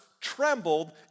trembled